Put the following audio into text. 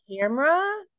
camera